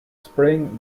spring